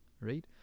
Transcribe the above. Right